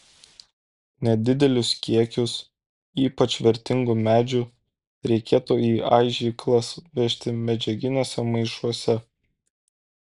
nedidelius kiekius ypač vertingų medžių reikėtų į aižyklas vežti medžiaginiuose maišuose